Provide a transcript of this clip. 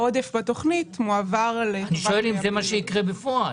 העודף בתוכנית מועבר --- אני שואל אם זה מה שיקרה בפועל.